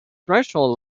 threshold